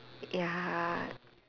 ya